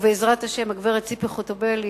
ובעזרת השם הגברת ציפי חוטובלי,